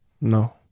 No